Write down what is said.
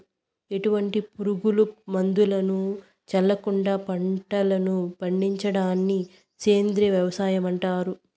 ఎటువంటి పురుగు మందులను చల్లకుండ పంటలను పండించడాన్ని సేంద్రీయ వ్యవసాయం అంటారు